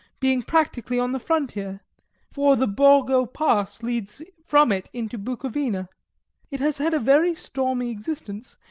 being practically on the frontier for the borgo pass leads from it into bukovina it has had a very stormy existence,